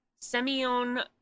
Semyon